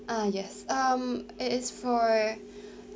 ah yes um it is for